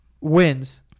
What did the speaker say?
wins